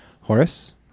Horace